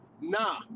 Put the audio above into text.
Nah